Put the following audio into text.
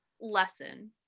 lesson